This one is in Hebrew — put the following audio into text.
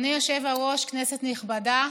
אדוני היושב-ראש, כנסת נכבדה,